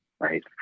right